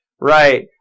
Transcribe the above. Right